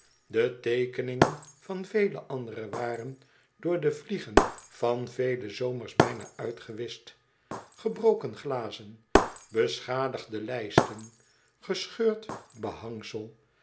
de teekeningen van vele andere waren door de vliegen van vele zomers bijna uitgewischt gebroken glazen beschadigde lijsten gescheurd behangsel